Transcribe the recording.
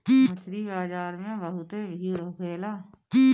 मछरी बाजार में बहुते भीड़ होखेला